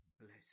Bless